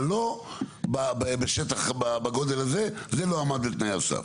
אבל לא בשטח בגודל הזה זה לא עמד בתנאי הסף?